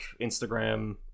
Instagram